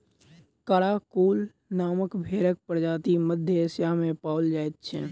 Karakul नामक भेंड़क प्रजाति मध्य एशिया मे पाओल जाइत छै